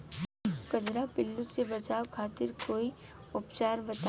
कजरा पिल्लू से बचाव खातिर कोई उपचार बताई?